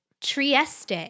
Trieste